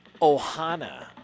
Ohana